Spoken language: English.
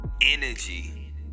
energy